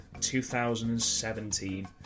2017